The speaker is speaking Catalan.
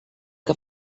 que